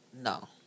No